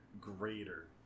Greater